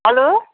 hello